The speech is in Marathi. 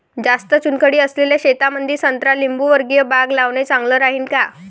जास्त चुनखडी असलेल्या शेतामंदी संत्रा लिंबूवर्गीय बाग लावणे चांगलं राहिन का?